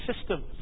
systems